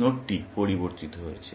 নোডটি পরিবর্তিত হয়েছে